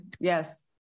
Yes